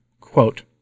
Quote